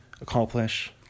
accomplish